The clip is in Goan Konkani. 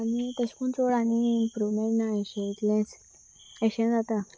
आनी तशें करून चड आनी इंप्रुवमेंट ना अशें इतलेंच अशें जाता